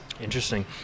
Interesting